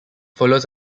follows